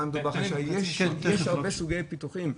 יש הרבה סוגי פיתוחים,